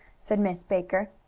said miss baker.